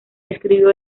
escribió